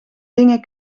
dingen